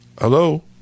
hello